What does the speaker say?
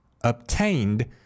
obtained